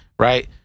Right